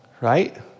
Right